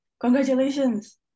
Congratulations